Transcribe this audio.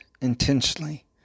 intentionally